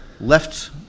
left